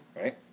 right